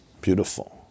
Beautiful